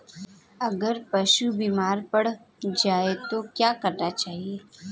अगर पशु बीमार पड़ जाय तो क्या करना चाहिए?